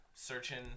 Searching